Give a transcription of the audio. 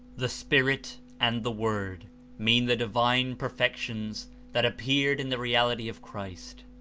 the spirit and the word mean the divine per fections that appeared in the reality of christ